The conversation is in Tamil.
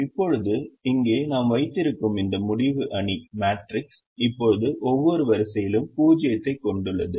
இப்போது இங்கே நாம் வைத்திருக்கும் இந்த முடிவு அணி இப்போது ஒவ்வொரு வரிசையிலும் 0 ஐக் கொண்டுள்ளது